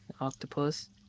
octopus